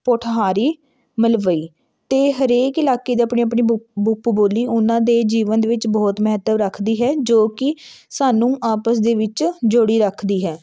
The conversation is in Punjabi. ਪੋਠਹਾਰੀ ਮਲਵਈ ਅਤੇ ਹਰੇਕ ਇਲਾਕੇ ਦੀ ਆਪਣੀ ਆਪਣੀ ਬੁ ਉਪ ਬੋਲੀ ਉਹਨਾਂ ਦੇ ਜੀਵਨ ਦੇ ਵਿੱਚ ਬਹੁਤ ਮਹੱਤਵ ਰੱਖਦੀ ਹੈ ਜੋ ਕਿ ਸਾਨੂੰ ਆਪਸ ਦੇ ਵਿੱਚ ਜੋੜੀ ਰੱਖਦੀ ਹੈ